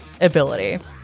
ability